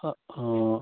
অঁ